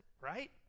right